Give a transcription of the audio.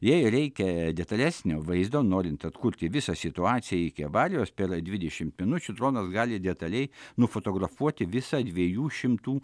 jei reikia detalesnio vaizdo norint atkurti visą situaciją iki avarijos per dvidešimt minučių dronas gali detaliai nufotografuoti visą dviejų šimtų